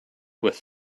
with